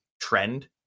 trend